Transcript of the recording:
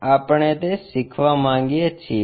આપણે તે શીખવા માંગીએ છીએ